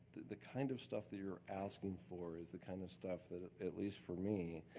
the kind of stuff that you're asking for is the kind of stuff that ah at least for me,